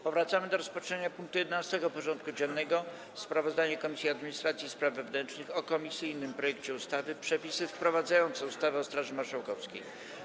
Powracamy do rozpatrzenia punktu 11. porządku dziennego: Sprawozdanie Komisji Administracji i Spraw Wewnętrznych o komisyjnym projekcie ustawy Przepisy wprowadzające ustawę o Straży Marszałkowskiej.